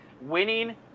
winning